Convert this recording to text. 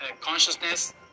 consciousness